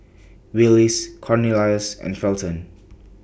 Willis Cornelius and Felton